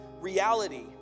reality